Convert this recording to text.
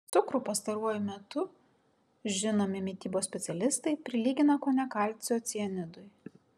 cukrų pastaruoju metu žinomi mitybos specialistai prilygina kone kalcio cianidui